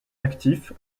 actif